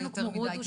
כמו הודו,